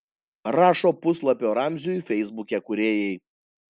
rašo puslapio ramziui feisbuke kūrėjai